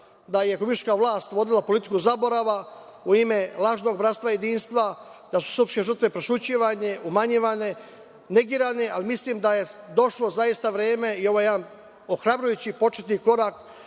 da je republička vlast vodila politiku zaborava u ime lažnog bratstva-jedinstva, da su srpske žrtve prećutkivane, umanjivane, negirane, ali mislim da je zaista došlo vreme i ovo je jedan ohrabrujući početni korak